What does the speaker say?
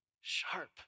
Sharp